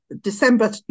December